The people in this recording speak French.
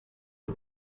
aux